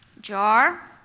Jar